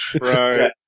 Right